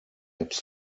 apps